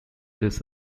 this